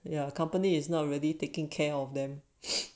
ya her company is not really taking care of them